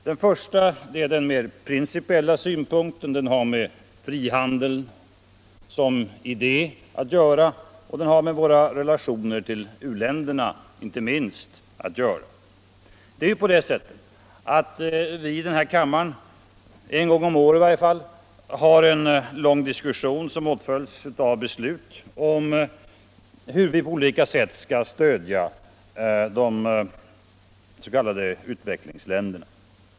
Den första är den mer principiella synpunkten. Den har att göra med frihandeln såsom idé och inte minst med våra relationer till u-länderna. I denna kammare har vi åtminstone en gång om året en lång diskussion, som åtföljs av beslut, om hur vi på olika sätt skall stödja de s.k. utvecklingsländerna.